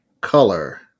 color